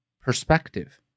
perspective